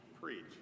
preach